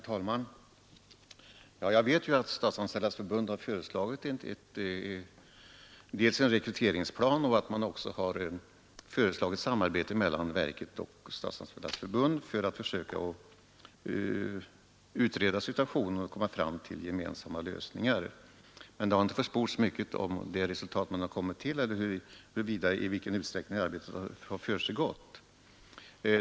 Herr talman! Jag vet att Statsanställdas förbund har föreslagit dels en rekryteringsplan, dels ett samarbete mellan verket och förbundet för att försöka utreda situationen och nå gemensamma lösningar. Men det har inte försports mycket om det resultat man kommit till eller huruvida och i vilken utsträckning sådant samarbete har försiggått.